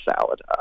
salad